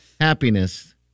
happiness